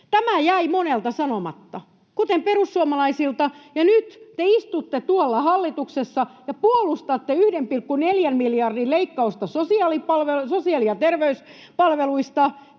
Tämä jäi monelta sanomatta, kuten perussuomalaisilta, ja nyt te istutte tuolla hallituksessa ja puolustatte 1,4 miljardin leikkausta sosiaali- ja terveyspalveluista.